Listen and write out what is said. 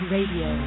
Radio